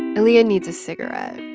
aaliyah needs a cigarette,